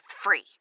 free